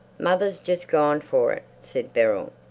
mother's just gone for it, said beryl.